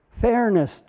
Fairness